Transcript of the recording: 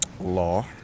law